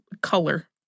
color